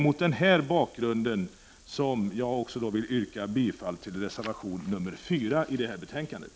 Mot den bakgrunden yrkar jag bifall också till reservation 4 i betänkandet.